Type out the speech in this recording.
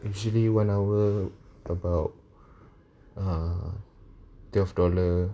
usually one hour about uh twelve dollar